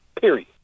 period